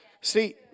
See